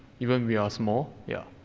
even we are small, yeah.